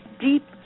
deep